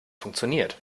funktioniert